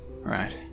Right